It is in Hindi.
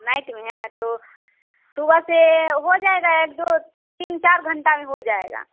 नाइट में है तो सुबह से हो जाएगा एक दो तीन चार घंटा में हो जाएगा